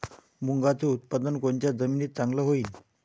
मुंगाचं उत्पादन कोनच्या जमीनीत चांगलं होईन?